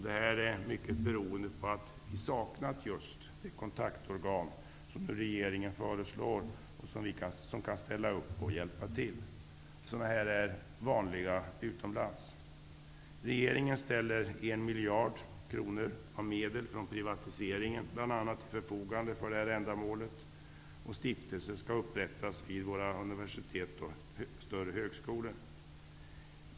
Det här beror mycket på att vi saknat just det kontaktorgan som regeringen nu föreslår. Det skall kunna ställa upp och hjälpa till här. Sådana organ är vanliga utomlands. Regeringen ställer en miljard kronor av medel från bl.a. privatiseringen till förfogande för det här ändamålet. Det skall upprättas stiftelser vid våra universitet och större högskolor.